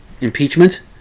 impeachment